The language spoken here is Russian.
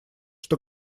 что